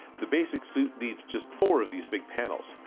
the basic suit needs just four of these big panels,